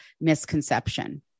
misconception